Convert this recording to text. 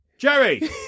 Jerry